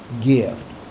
gift